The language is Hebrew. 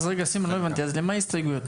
סימון, לא הבנתי למה ההסתייגויות?